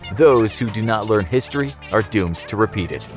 those who do not learn history are doomed to repeat it.